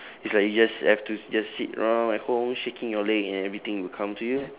it's like you just have to just sit around at home shaking your leg and everything will come to you